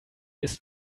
ist